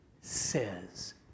says